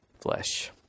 flesh